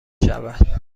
شود